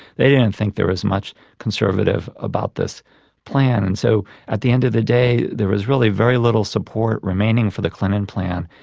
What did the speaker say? they didn't think there was much conservative about this plan, and so at the end of the day there was really very little support remaining for the clinton plan,